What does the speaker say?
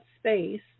space